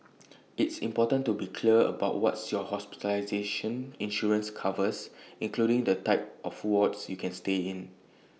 it's important to be clear about what your hospitalization insurance covers including the type of wards you can stay in